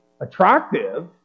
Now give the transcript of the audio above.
attractive